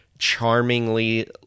charmingly